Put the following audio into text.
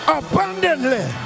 abundantly